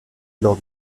lors